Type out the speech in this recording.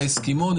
וההסכמון,